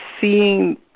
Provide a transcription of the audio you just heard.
seeing